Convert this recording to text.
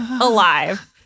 alive